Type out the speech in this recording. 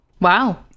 Wow